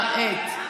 (תיקון,